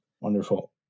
Wonderful